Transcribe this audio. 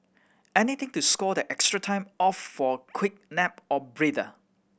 anything to score that extra time off for a quick nap or breather